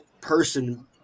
person